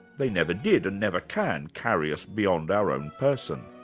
they never did, and never can, carry us beyond our own person,